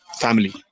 family